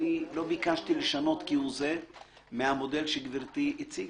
לא ביקשתי לשנות כהוא זה מהמודל שגברתי הציגה.